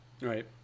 right